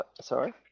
sorry